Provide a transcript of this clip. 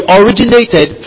originated